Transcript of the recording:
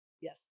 Yes